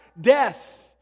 death